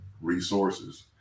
resources